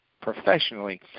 professionally